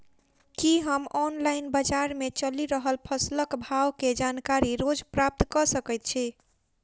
की हम ऑनलाइन, बजार मे चलि रहल फसलक भाव केँ जानकारी रोज प्राप्त कऽ सकैत छी?